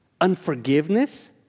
unforgiveness